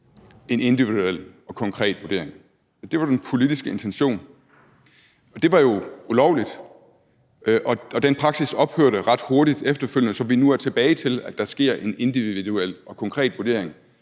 en individuel og konkret vurdering. Det var den politiske intention, og det var jo ulovligt. Den praksis ophørte ret hurtigt efterfølgende, så vi nu er tilbage til, at der sker en individuel og konkret vurdering,